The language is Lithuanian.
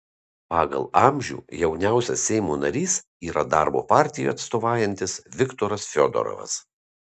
pagal amžių jauniausias seimo narys yra darbo partijai atstovaujantis viktoras fiodorovas